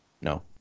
No